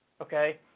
Okay